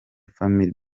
family